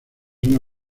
una